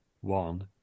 one